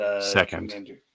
Second